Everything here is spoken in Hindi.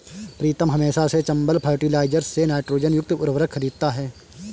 प्रीतम हमेशा से चंबल फर्टिलाइजर्स से नाइट्रोजन युक्त उर्वरक खरीदता हैं